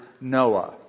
Noah